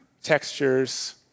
textures